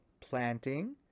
planting